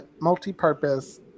multi-purpose